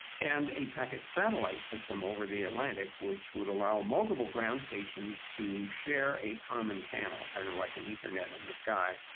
and a packet satellite system over the atlantic, which would allow multiple ground stations to share a common channel, kind of like an ethernet in the sky,